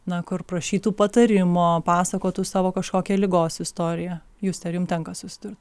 na kur prašytų patarimo pasakotų savo kažkokią ligos istoriją juste ar jum tenka susidurt